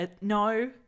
No